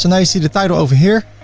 you know see the title over here.